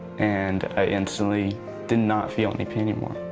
and i instantly did not feel any pain anymore.